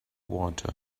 water